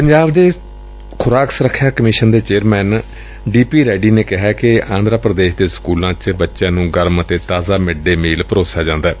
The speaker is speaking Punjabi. ਪੰਜਾਬ ਦੇ ਖੁਰਾਕ ਸੁਰੱਖਿਆ ਕਮਿਸ਼ਨ ਦੇ ਚੇਅਰਮੈਨ ਡੀ ਪੀ ਰੈਡੀ ਨੇ ਕਿਹੈ ਕਿ ਆਂਧਰਾ ਪੁਦੇਸ਼ ਦੇ ਸਕੁਲਾਂ ਚ ਬਚਿਆਂ ਨੂੰ ਗਰਮ ਅਤੇ ਤਾਜ਼ਾ ਮਿਡ ਡੇਅ ਮੀਲ ਪਰੋਸਿਆ ਜਾਂਦੈ